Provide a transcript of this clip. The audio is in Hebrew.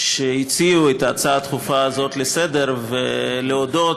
שהציעו את ההצעה הדחופה הזאת לסדר-היום ולהודות